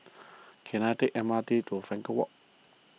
can I take M R T to Frankel Walk